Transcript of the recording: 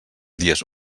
dies